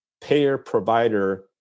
payer-provider